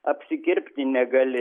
apsikirpti negali